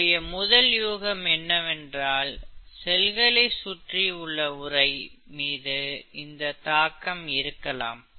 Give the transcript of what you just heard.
நம்முடைய முதல் யூகம் என்னவென்றால் செல்களை சுற்றி உள்ள உறை மீது தாக்கம் இருக்காலம்